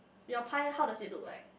your pie how does it look like